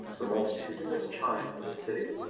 the multitudinous chimes of the city,